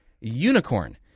unicorn